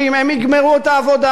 והם יגמרו את העבודה.